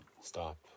stop